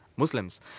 Muslims